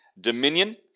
Dominion